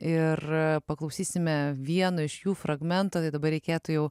ir paklausysime vieno iš jų fragmentų tai dabar reikėtų jau